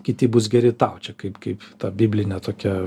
kiti bus geri tau čia kaip kaip ta biblinė tokia